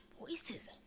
voices